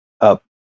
up